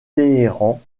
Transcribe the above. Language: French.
téhéran